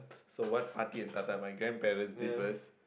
so what pati and tata my grandparents did what